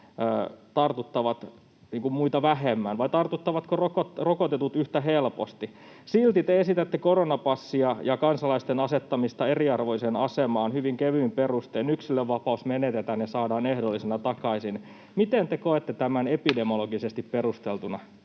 tartuttavat muita vähemmän vai tartuttavatko rokotetut yhtä helposti. Silti te esitätte koronapassia ja kansalaisten asettamista eriarvoiseen asemaan hyvin kevyin perustein. Yksilönvapaus menetetään ja saadaan ehdollisena takaisin. Miten te koette tämän epidemiologisesti perusteltuna?